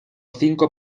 cinco